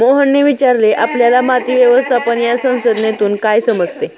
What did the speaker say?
मोहनने विचारले आपल्याला माती व्यवस्थापन या संज्ञेतून काय समजले?